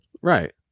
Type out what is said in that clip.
right